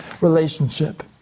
relationship